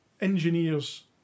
engineers